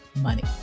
money